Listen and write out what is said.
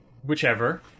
Whichever